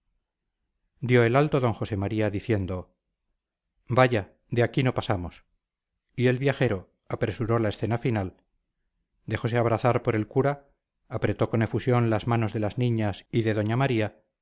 dio el alto d josé maría diciendo vaya de aquí no pasamos y el viajero apresuró la escena final dejose abrazar por el cura apretó con efusión las manos de las niñas y de doña maría